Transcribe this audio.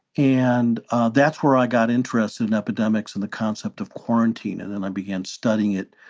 and that's where i got interested in epidemics and the concept of quarantine. and then i began studying it.